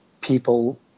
people